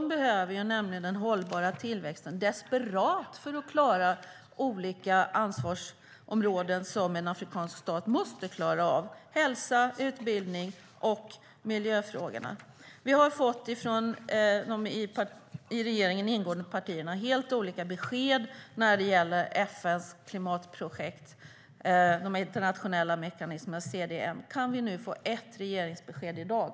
De behöver nämligen desperat den hållbara tillväxten för att klara olika ansvarsområden som en afrikansk stat måste klara av: hälsa, utbildning och miljöfrågor. Vi har från de i regeringen ingående partierna fått helt olika besked när det gäller FN:s klimatprojekt och de internationella mekanismerna CDM. Kan vi nu få ett regeringsbesked i dag?